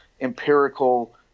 empirical